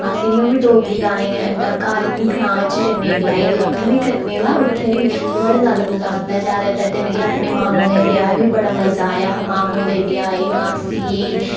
अस इ'यां बी डोगरी गानें दा घर ग्रांऽ च जन्ने ब्याह् च ते उत्थै बी करने बा उत्थै बी बड़े ज्यादा मजा औंदा ऐ जादातर ते मिगी अपने मामुएं दे ब्याह् च बी बड़ा मजा आया हा मामुएं दे ब्याह् च मासी गी